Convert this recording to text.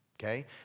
okay